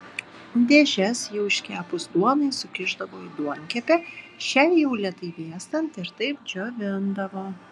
dėžes jau iškepus duonai sukišdavo į duonkepę šiai jau lėtai vėstant ir taip džiovindavo